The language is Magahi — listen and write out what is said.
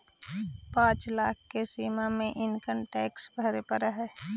पाँच लाख के सीमा में इनकम टैक्स भरे पड़ऽ हई